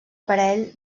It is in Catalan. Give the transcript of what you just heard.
parell